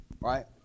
right